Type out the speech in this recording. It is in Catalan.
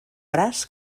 braç